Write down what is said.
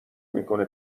میکنه